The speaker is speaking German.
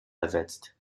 ersetzt